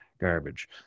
garbage